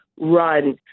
run